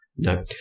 No